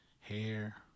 hair